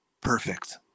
perfect